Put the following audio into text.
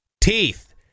teeth